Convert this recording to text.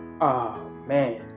Amen